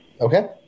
okay